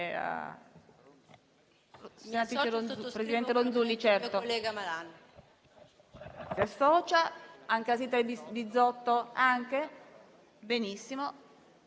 Grazie